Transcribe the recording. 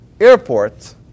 airport